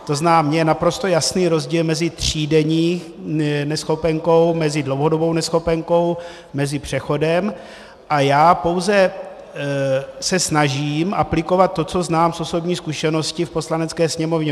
To znamená, mně je naprosto jasný rozdíl mezi třídenní neschopenkou, mezi dlouhodobou neschopenkou, mezi přechodem, a já pouze se snažím aplikovat to, co znám z osobní zkušenosti v Poslanecké sněmovně.